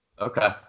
Okay